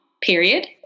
period